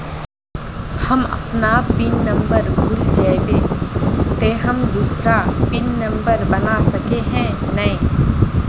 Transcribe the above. हम अपन pin number भूल जयबे ते हम दूसरा पिन नंबर बना सके है नय?